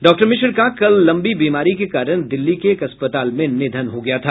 doctor Mishra का कल लंबी बीमारी के कारण दिल्ली के एक अस्पताल में निधन हो गया था